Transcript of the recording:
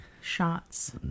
shots